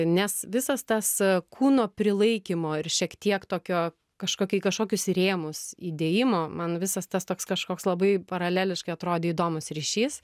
nes visas tas kūno prilaikymo ir šiek tiek tokio kažkokio į kažkokius rėmus įdėjimo man visas tas toks kažkoks labai paraleliškai atrodė įdomus ryšys